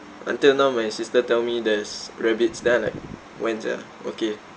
until now my sister tell me there's rabbits then I'm like when sia okay